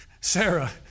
Sarah